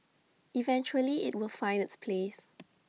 eventually IT will find its place